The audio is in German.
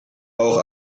auch